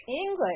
English